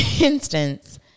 instance